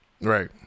Right